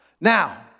Now